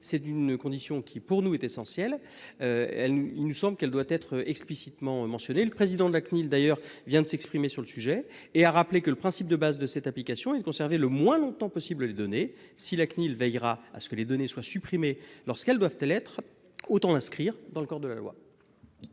c'est d'une condition qui pour nous est essentiel. Elle nous il nous semble qu'elle doit être explicitement mentionné. Le président de la CNIL d'ailleurs vient de s'exprimer sur le sujet et a rappelé que le principe de base de cette application et de conserver le moins longtemps possible les données. Si la CNIL veillera à ce que les données soient supprimées lorsqu'elles doivent-elles être autant inscrire dans le corps de la loi.